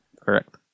correct